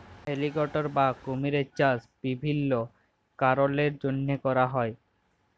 alligator বা কুমিরের চাষ বিভিল্ল্য কারলের জ্যনহে ক্যরা হ্যয়